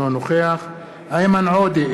אינו נוכח איימן עודה,